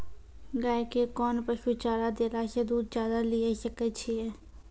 गाय के कोंन पसुचारा देला से दूध ज्यादा लिये सकय छियै?